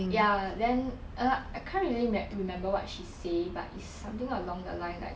ya but then um I can't really remember what she say but it's like something along the line like